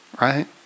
right